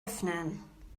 öffnen